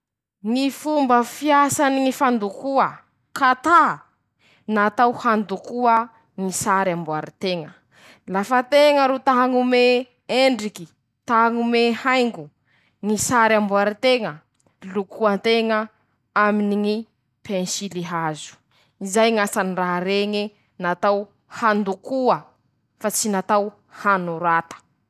Ñy asany ñy grille a pain natao hañendaza mofo, ampilirin-teña añatiny ao mof'oñy, mampiasa herin'aratsy teña hahamasaky any mofo o fa tsy raha masaky fahatany io fa misy hafanà mahamasaky azy, manahaky anizay ñy fanaovan-teña any mofo añatiny ao, tsintsifiny hafana eo mofo o, masake, miendy soa, añatiny ñy grille a pain ao.